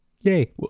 Yay